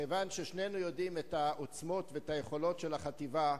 מכיוון ששנינו יודעים את העוצמות והיכולות של החטיבה,